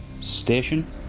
station